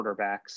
quarterbacks